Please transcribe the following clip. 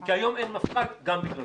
כי היום אין מפכ"ל גם בגללכם.